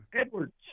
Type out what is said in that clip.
Edwards